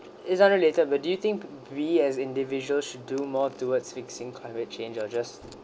is unrelated but do you think we as individual should do more towards fixing climate change or just